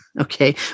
Okay